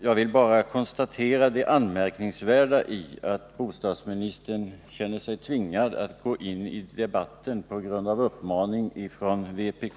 Jag vill bara konstatera det anmärkningsvärda i att bostadsministern känner sig tvingad att gå in i debatten på grund av uppmaning från vpk.